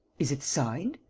is it signed?